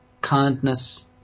kindness